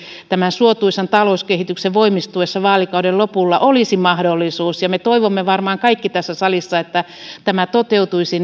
kirjattu tämän suotuisan talouskehityksen voimistuessa vaalikauden lopulla olisi mahdollisuus me toivomme varmaan kaikki tässä salissa että tämä toteutuisi